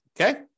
Okay